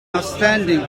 outstanding